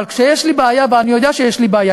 אבל כשיש לי בעיה ואני יודע שיש לי בעיה,